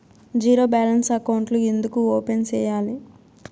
zero balance అకౌంట్లు ఎందుకు open సేయాలి